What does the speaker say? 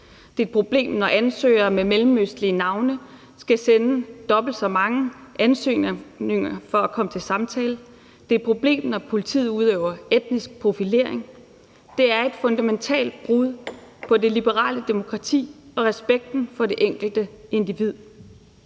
Det er et problem, når ansøgere med mellemøstlige navne skal sende dobbelt så mange ansøgninger for at komme til samtale, og det er et problem, når politiet udøver etnisk profilering. Det er et fundamentalt brud på det liberale demokrati og respekten for det enkelte individ.